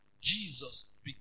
Jesus